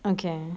okay